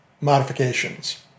modifications